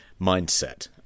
mindset